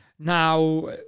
Now